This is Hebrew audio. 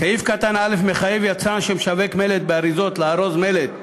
סעיף קטן (א) מחייב יצרן שמשווק מלט באריזות לארוז מלט,